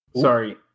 Sorry